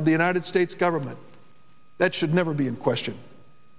of the united states government that should never be in question